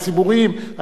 היית עומד פה.